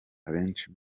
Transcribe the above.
abenshi